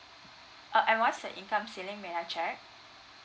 uh and what's the income ceilling may I check